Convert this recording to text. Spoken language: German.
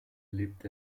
lebt